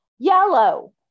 Yellow